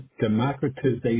democratization